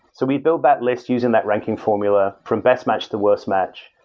so we build that list using that ranking formula, from best match to worst match,